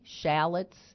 shallots